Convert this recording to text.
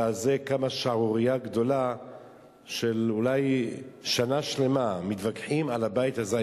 ועל זה קמה שערורייה גדולה ואולי שנה שלמה מתווכחים על הבית הזה,